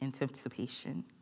anticipation